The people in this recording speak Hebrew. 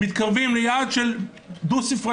מתקרבים ליעד דו-ספרתי.